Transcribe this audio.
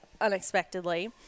unexpectedly